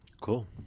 Cool